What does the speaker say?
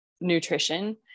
nutrition